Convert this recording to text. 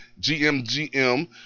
GMGM